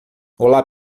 olá